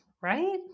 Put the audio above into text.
right